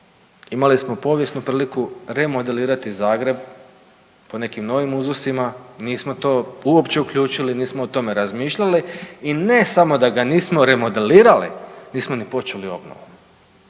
Imali smo povijesnu priliku remodelirati Zagreb po nekim novim uzusima, nismo to uopće uključili, nismo o tome razmišljali i ne samo da ga nismo remodelirali nismo ni počeli obnovu.